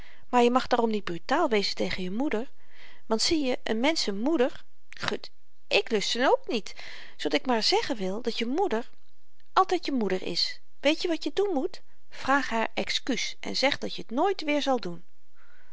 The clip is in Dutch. maar je mag daarom niet brutaal wezen tegen je moeder want zie je n mensch z'n moeder gut ik lust ze n ook niet zoodat ik maar zeggen wil dat je moeder altyd je moeder is weetje wat je doen moet vraag haar exkuus en zeg dat je t nooit weer zal doen